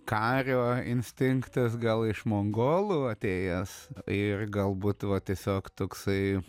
kario instinktas gal iš mongolų atėjęs ir galbūt va tiesiog toksai